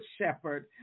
shepherd